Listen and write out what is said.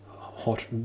hot